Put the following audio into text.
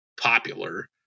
popular